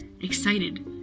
Excited